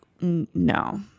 no